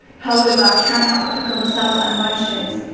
however can't help but pick on the subtle emotions